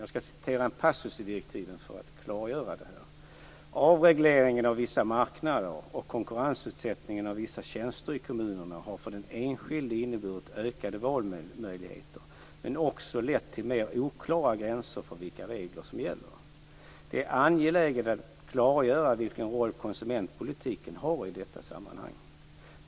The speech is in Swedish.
Jag skall återge en passus i direktiven för att klargöra det här: Avregleringen av vissa marknader och konkurrensutsättningen av vissa tjänster i kommunerna har för den enskilde inneburit ökade valmöjligheter men också lett till mer oklara gränser för vilka regler som gäller. Det är angeläget att klargöra vilken roll konsumentpolitiken har i detta sammanhang.